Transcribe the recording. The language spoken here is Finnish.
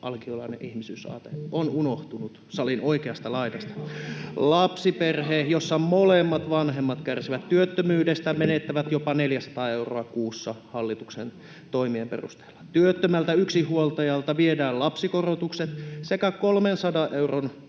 alkiolainen ihmisyysaate on unohtunut salin oikeasta laidasta. [Antti Kurvinen: Kertauskurssille!] Lapsiperhe, jossa molemmat vanhemmat kärsivät työttömyydestä, menettää jopa 400 euroa kuussa hallituksen toimien perusteella. Työttömältä yksinhuoltajalta viedään lapsikorotukset sekä 300 euron